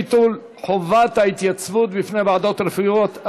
ביטול חובת ההתייצבות בפני ועדות רפואיות),